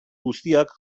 guztiak